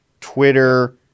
Twitter